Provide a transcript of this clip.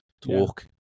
talk